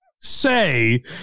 say